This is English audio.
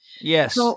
Yes